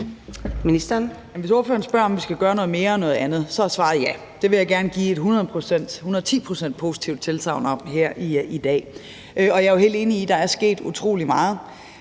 Hvis ordføreren spørger, om vi skal gøre noget mere og noget andet, er svaret ja. Det vil jeg gerne give et et hundrede og ti procent positivt tilsagn om her i dag. Og jeg er helt enig i, at der er sket utrolig meget.